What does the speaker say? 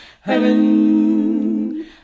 heaven